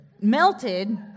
melted